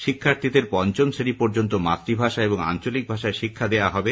শিক্ষার্থীদের পঞ্চম শ্রেণী পর্যন্ত মাত্রভাষা এবং আঞ্চলিক ভাষায় শিক্ষা দেওয়া হবে